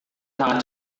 sangat